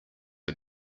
are